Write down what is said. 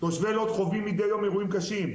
תושבי לוד חווים מדי יום אירועים קשים.